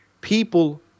people